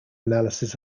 analysis